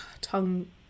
tongue